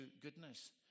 goodness